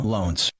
Loans